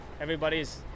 everybody's